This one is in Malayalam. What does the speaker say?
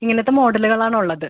ഇങ്ങനത്ത മോഡലുകളാണുള്ളത്